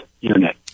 unit